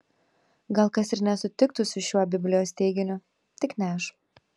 gal kas ir nesutiktų su šiuo biblijos teiginiu tik ne aš